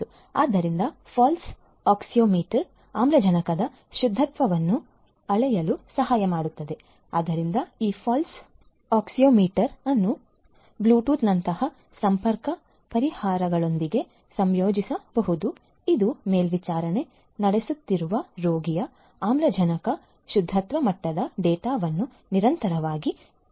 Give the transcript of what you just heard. ಆದ್ದರಿಂದ pulse oximeter ಆಮ್ಲಜನಕದ ಶುದ್ಧತ್ವವನ್ನು ಅಳೆಯಲು ಸಹಾಯ ಮಾಡುತ್ತದೆ ಆದ್ದರಿಂದ ಈ ಪಲ್ಸ್ ಆಕ್ಸಿಯೋಮೀಟರ್ ಅನ್ನು ಬ್ಲೂಟೂತ್ನಂತಹ ಸಂಪರ್ಕ ಪರಿಹಾರಗಳೊಂದಿಗೆ ಸಂಯೋಜಿಸಬಹುದು ಇದು ಮೇಲ್ವಿಚಾರಣೆ ನಡೆಸುತ್ತಿರುವ ರೋಗಿಯ ಆಮ್ಲಜನಕ ಶುದ್ಧತ್ವ ಮಟ್ಟದ ಡೇಟಾವನ್ನು ನಿರಂತರವಾಗಿ ಕಳುಹಿಸಬಹುದು